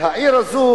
העיר הזאת,